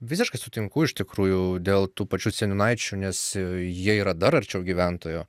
visiškai sutinku iš tikrųjų dėl tų pačių seniūnaičių nes jie yra dar arčiau gyventojo